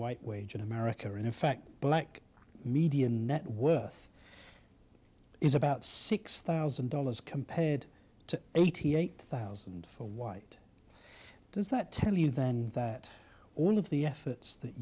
white wage in america or in fact black median net worth is about six thousand dollars compared to eighty eight thousand for white does that tell you then that all of the efforts that